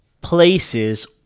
places